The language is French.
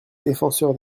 défenseur